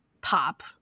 pop